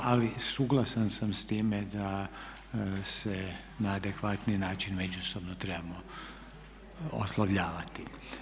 Ali suglasan sam s time da se na adekvatni način međusobno trebamo oslovljavati.